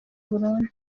burundu